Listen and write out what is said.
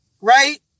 right